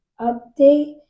update